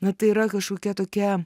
na tai yra kažkokia tokia